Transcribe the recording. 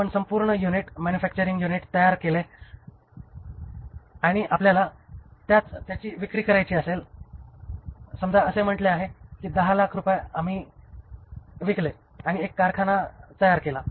आपण संपूर्ण unit manufacturing unit तयार केले आहे आणि आपल्याला त्याच विक्री करायची असेल समजा असे म्हटले आहे की दहा लाख रुपये आम्ही विकले आणि एक कारखाना तयार केला